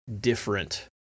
different